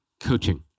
coaching